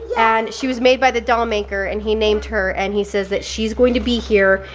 and she was made by the doll maker, and he named her, and he says that she's going to be here,